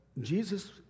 Jesus